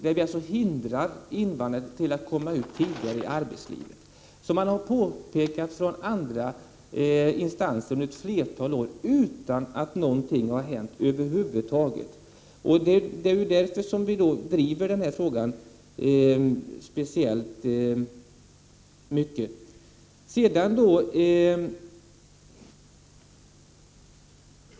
Det är den som hindrar invandraren att komma ut tidigare i arbetslivet. Detta har påpekats från andra instanser under ett flertal år utan att någonting över huvud taget har hänt. Det är därför som vi driver den här frågan mycket hårt.